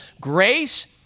grace